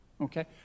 Okay